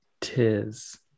Tis